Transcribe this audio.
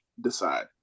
decide